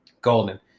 golden